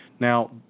now